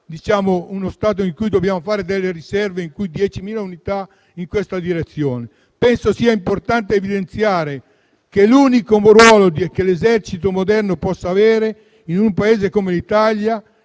siamo uno Stato in cui dobbiamo fare delle riserve, come ad esempio 10.000 unità, in questa direzione. Penso sia importante evidenziare che l'unico ruolo di un esercito moderno in un Paese come l'Italia,